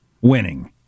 winning